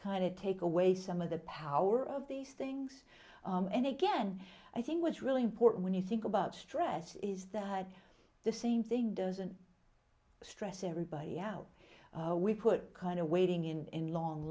of take away some of the power of these things and again i think what's really important when you think about stress is that the same thing doesn't stress everybody out we put kind of waiting in long